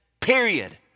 period